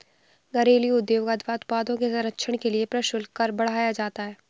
घरेलू उद्योग अथवा उत्पादों के संरक्षण के लिए प्रशुल्क कर बढ़ाया जाता है